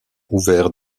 ouverts